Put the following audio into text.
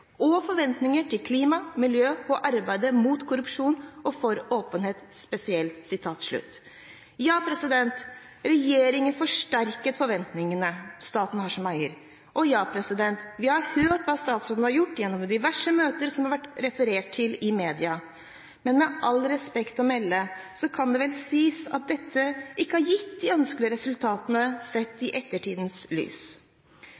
og forventninger til klima og miljø og arbeidet mot korrupsjon og for åpenhet spesielt.» Ja, regjeringen forsterket forventningene staten har som eier, og ja, vi har hørt hva statsråden har gjort gjennom diverse møter det har vært referert til i media. Men med respekt å melde kan det vel sies at dette ikke har gitt de ønskede resultatene, sett